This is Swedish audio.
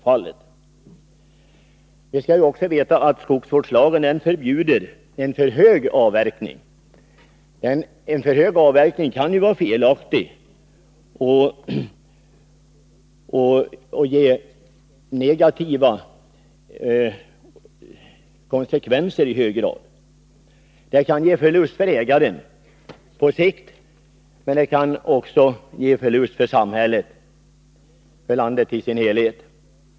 Man skall också veta att skogsvårdslagen förbjuder för hög avverkning. En sådan kan vara felaktig och i hög grad innebära negativa konsekvenser. För hög avverkning kan ge förlust för ägaren på sikt, och också ge förlust för samhället, för landet i dess helhet.